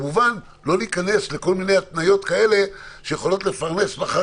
כמובן שלא להיכנס לכל מיני התניות כאלה שיכולות לפרנס מחר